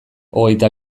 hogeita